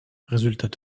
résultat